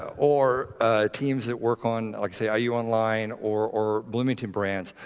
ah or teams that work on, like, say, ah iu online or or bloomington brands.